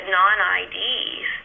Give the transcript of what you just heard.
non-IDs